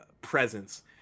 presence